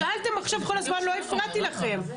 שאלתן עכשיו כל הזמן ולא הפרעתי לכן.